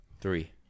Three